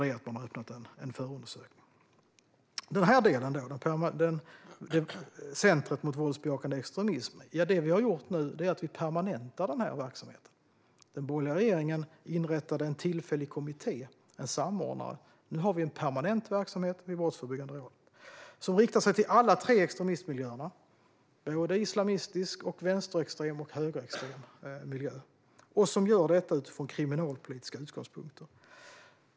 Det vi har gjort när det gäller centrumet mot våldsbejakande extremism är att vi permanentar verksamheten. Den borgerliga regeringen inrättade en tillfällig kommitté, en samordnare, men nu har vi en permanent verksamhet vid Brottsförebyggande rådet. Den riktar sig mot alla tre extremistmiljöer, såväl den islamistiska som den vänsterextrema och den högerextrema. Den gör det utifrån kriminalpolitiska utgångspunkter.